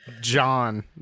John